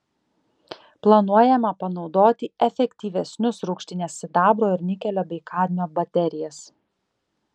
planuojama panaudoti efektyvesnius rūgštinės sidabro ir nikelio bei kadmio baterijas